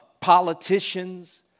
politicians